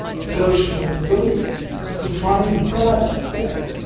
searched for the truth to find god, yes, god,